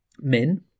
min